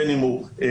בין אם הוא מתאזרח,